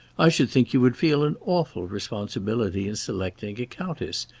i should think you would feel an awful responsibility in selecting a countess.